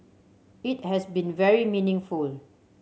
it has been very meaningful